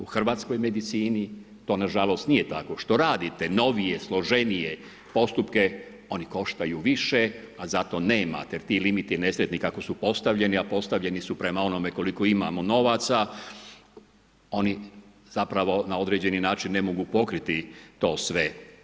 U hrvatskoj medicini to na žalost nije tako, što radite novije, složenije postupke oni koštaju više, a za to nemate jer ti limiti nesretni kako su postavljeni, a postavljeni su prema onome koliko imamo novaca, oni zapravo na određeni način ne mogu pokriti to sve.